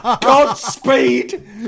Godspeed